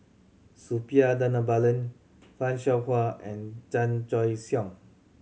Suppiah Dhanabalan Fan Shao Hua and Chan Choy Siong